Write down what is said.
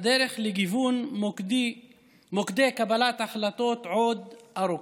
הדרך לגיוון מוקדי קבלת ההחלטות עוד ארוכה.